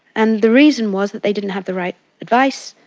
and the reason was that they didn't have the right advice,